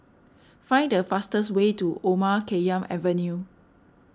find the fastest way to Omar Khayyam Avenue